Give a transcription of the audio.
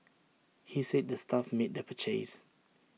he said the staff made the purchase